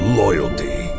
loyalty